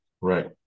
Right